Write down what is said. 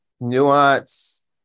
nuance